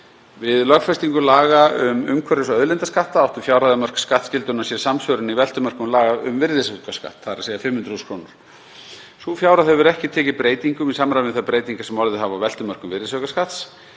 Við lögfestingu laga um umhverfis- og auðlindaskatta áttu fjárhæðarmörk skattskyldunnar sér samsvörun í veltumörkum laga um virðisaukaskatt, þ.e. 500.000 kr. Sú fjárhæð hefur ekki tekið breytingum í samræmi við þær breytingar sem orðið hafa á veltumörkum virðisaukaskatts.